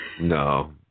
no